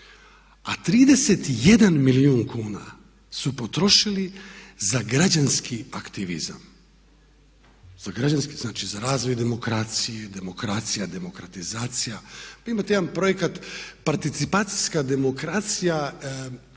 a 31 milijun kuna su potrošili za građanski aktivizam, za građanski, znači za razvoj demokracije, demokracija, demokratizacija. Vi imate jedan projekat participacijska demokracija